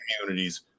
communities